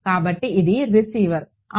కాబట్టి ఇది Rx అవును